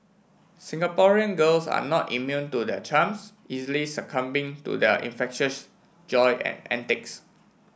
Singaporean girls are not immune to their charms easily succumbing to their infectious joy and antics